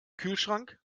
kühlschrank